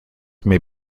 may